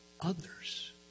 others